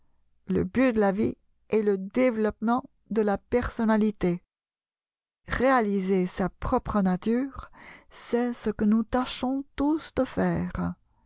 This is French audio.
le but de la vie est le développement de la personnalité réaliser sa propre nature c'est ce que nous tâchons tous de faire